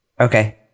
Okay